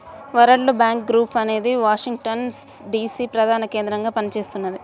world Bank Group అనేది Washington DC ప్రధానకేంద్రంగా పనిచేస్తున్నది